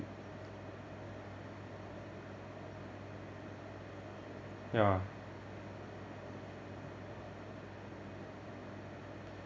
ya